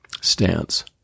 stance